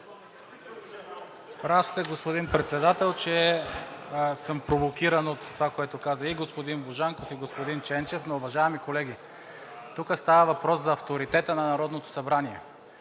Прав сте, господин Председател, че съм провокиран от това, което каза и господин Божанков, и господин Ченчев. Но уважаеми колеги, тук става въпрос за авторитета на Народното събрание,